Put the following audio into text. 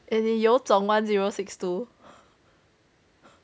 eh 你有种 one zero six two